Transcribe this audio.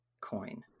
coin